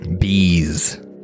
bees